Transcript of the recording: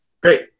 Great